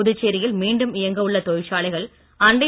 புதுச்சேரியில் மீண்டும் இயங்க உள்ள தொழிற்சாலைகள் அண்டை